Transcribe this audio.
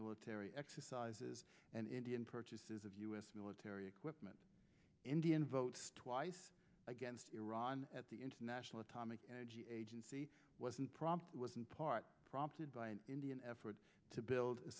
military exercises and indian purchases of u s military equipment indian vote twice against iran at the international atomic energy agency wasn't prompted wasn't part prompted by an indian effort to build a